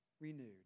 renewed